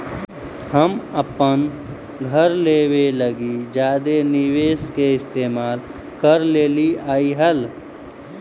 हम अपन घर लेबे लागी जादे निवेश के इस्तेमाल कर लेलीअई हल